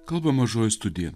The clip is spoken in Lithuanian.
kalba mažoji studija